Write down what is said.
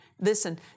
listen